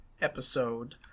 episode